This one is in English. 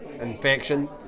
infection